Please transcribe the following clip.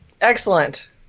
Excellent